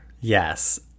Yes